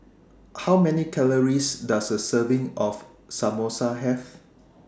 How Many Calories Does A Serving of Samosa Have